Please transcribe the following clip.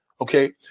okay